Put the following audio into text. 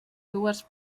dues